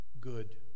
good